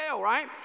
right